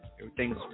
Everything's